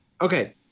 Okay